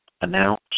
announce